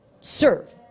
serve